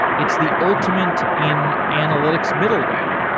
it's the ultimate in analytics middleware.